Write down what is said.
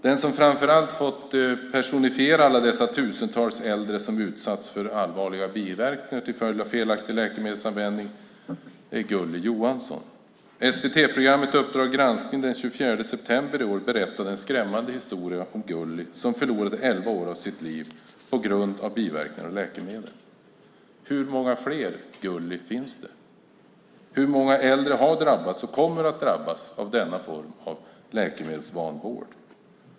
Den som framför allt fått personifiera alla dessa tusentals äldre som utsatts för allvarliga biverkningar till följd av felaktig läkemedelsanvändning är Gulli Johansson. SVT-programmet Uppdrag granskning den 24 september i år berättade en skrämmande historia om Gulli som förlorade elva år av sitt liv på grund av biverkningar av läkemedel. Hur många fler Gulli finns det? Hur många äldre har drabbats och kommer att drabbas av denna form av läkemedelsvanvård?